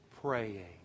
praying